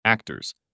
Actors